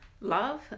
love